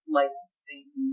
licensing